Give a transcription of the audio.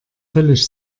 völlig